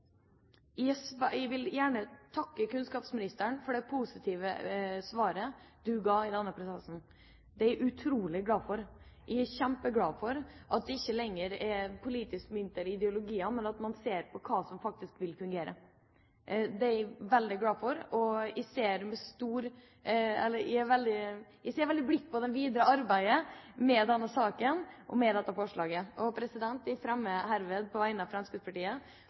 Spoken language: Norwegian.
Jeg vil gjerne takke kunnskapsministeren for det positive svaret hun ga i denne prosessen. Det er jeg utrolig glad for. Jeg er kjempeglad for at det ikke lenger er politisk mynt eller ideologiene, men at man ser på hva som faktisk vil fungere. Det er jeg veldig glad for, og jeg ser veldig blidt på det videre arbeidet med denne saken og med dette forslaget. Tidsskriftet Plan og arbeid publiserte på 1990-tallet en artikkel som hadde tittelen «Med Plan skal Norge styres – av